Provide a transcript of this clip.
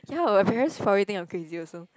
ya my parents probably think I'm crazy also